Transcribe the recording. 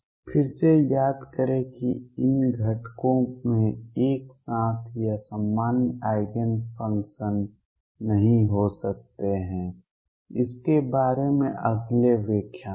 फिर से याद करें कि इन घटकों में एक साथ या सामान्य आइगेन फंक्शन नहीं हो सकते हैं इसके बारे में अगले व्याख्यान में